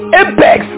apex